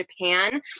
Japan